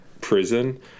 prison